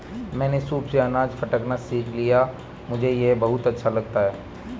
मैंने सूप से अनाज फटकना सीख लिया है मुझे यह बहुत अच्छा लगता है